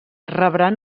rebran